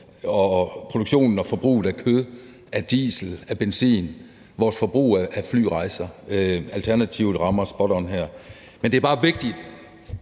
til produktionen og forbruget af kød, af diesel og af benzin og vores forbrug af flyrejser; Alternativet rammer spot on her. Men det er bare vigtigt